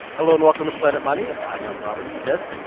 hello and welcome to planet money. i am robert smith.